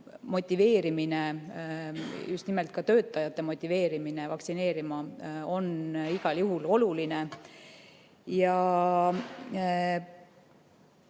motiveerimine, just nimelt ka töötajate motiveerimine vaktsineerima on igal juhul oluline.